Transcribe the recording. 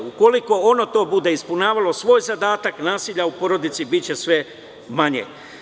Ukoliko ono bude ispunjavalo svoj zadatak, nasilja u porodici biće sve manje.